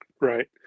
Right